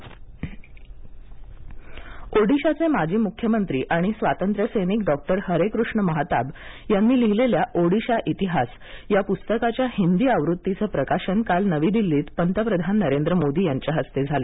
पंतप्रधान ओडिशा ओडिशाचे माजी मुख्यमंत्री आणि स्वातंत्र्य सैनिक डॉक्टर हरेकृष्ण माहताब यांनी लिहीलेल्या ओडिशा इतिहास या पुस्तकाच्या हिंदी आवृत्तीचं प्रकाशन काल नवी दिल्लीत पंतप्रधान नरेंद्र मोदी यांच्या हस्ते झालं